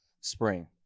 spring